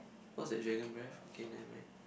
what's that dragon breath okay never mind